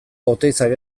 oteizak